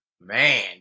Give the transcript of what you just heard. Man